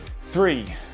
Three